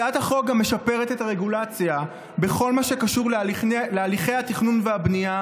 הצעת החוק גם משפרת את הרגולציה בכל מה שקשור להליכי התכנון והבנייה,